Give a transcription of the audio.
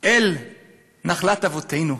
אל נחלת אבותינו.